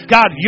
God